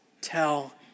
tell